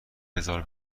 بزار